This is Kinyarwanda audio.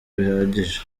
bihagije